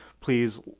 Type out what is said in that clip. please